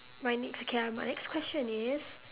my next okay ah my next question is